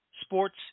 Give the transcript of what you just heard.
Sports